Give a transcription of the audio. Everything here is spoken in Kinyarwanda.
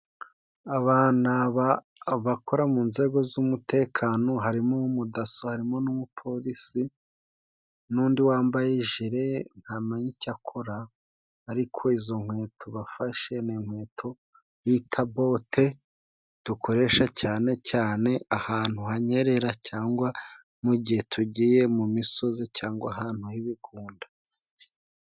Aba ni abakora mu nzego z'umutekano harimo uw'umudaso harimo n'umupolisi, n'undi wambaye jire ntamenya icyo akora, ariko izo nkweto bafashe ni inkweto bita bote dukoresha cyane cyane ahantu hanyerera, cyangwa mu gihe tugiye mu misozi, cyangwa ahantu h'ibigunda.